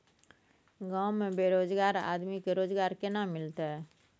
गांव में बेरोजगार आदमी के रोजगार केना मिलते?